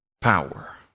power